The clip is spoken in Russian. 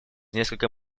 несколько